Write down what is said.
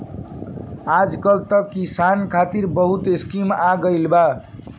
आजकल त किसान खतिर बहुत स्कीम आ गइल बा